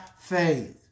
faith